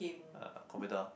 uh computer